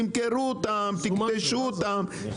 תמכרו אותם,